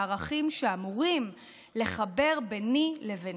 הערכים שאמורים לחבר ביני לבינך: